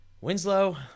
Winslow